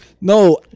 No